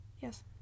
Yes